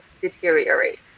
deteriorate